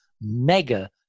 mega